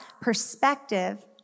perspective